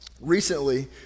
Recently